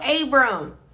Abram